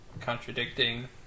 Contradicting